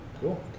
Cool